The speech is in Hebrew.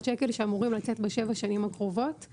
₪ שאמורים לצאת בשבע השנים הקרובות,